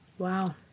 Wow